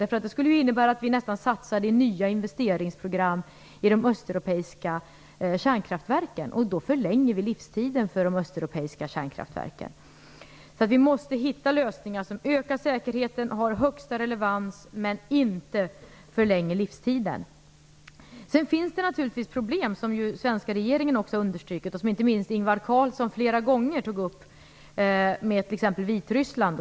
Det skulle nästan innebära att vi satsade i nya investeringsprogram i de östeuropeiska kärnkraftverken, och då förlänger vi deras livstid. Vi måste alltså hitta lösningar som ökar säkerheten, har högsta relevans men inte förlänger livstiden. Sedan finns det ett problem, som också den svenska regeringen har understrukit och som inte minst Ingvar Carlsson flera gånger tog upp med t.ex. Vitryssland.